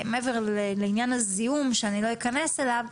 מעבר לעניין הזיהום שאני לא אכנס אליו,